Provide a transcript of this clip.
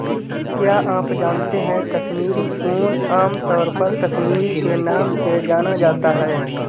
क्या आप जानते है कश्मीरी ऊन, आमतौर पर कश्मीरी के नाम से जाना जाता है?